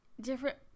different